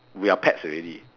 we are pets already